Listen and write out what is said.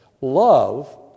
Love